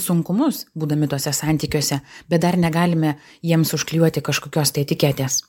sunkumus būdami tuose santykiuose bet dar negalime jiems užklijuoti kažkokios tai etiketės